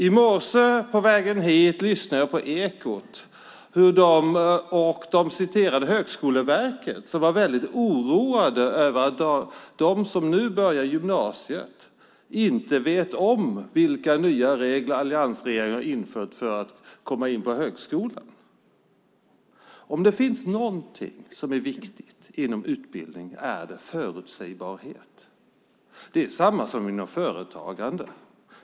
I morse hörde jag på Ekot att man på Högskoleverket är oroad över att de som börjar gymnasiet inte känner till vilka nya regler alliansregeringen har infört för antagning till högskolan. Finns det något som är viktigt inom utbildning så är det förutsägbarhet. Detsamma gäller inom företagande.